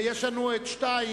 ויש לנו מס' 2,